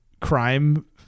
crime